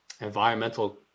environmental